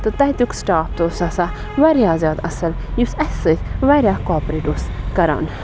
تہٕ تَتیُک سِٹاف تہِ اوس آسان واریاہ زیادٕ اَصٕل یُس اَسہِ سۭتۍ واریاہ کاپریٹ اوس کَران